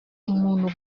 umuntu